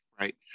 Right